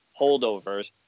holdovers